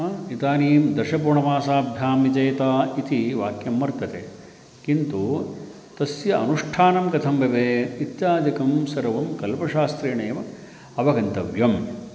इदानीं दर्शपूर्णमासाभ्यां यजेत इति वाक्यं वर्तते किन्तु तस्य अनुष्ठानं कथं भवेत् इत्यादिकं सर्वं कल्पशास्त्रेणैव अवगन्तव्यम्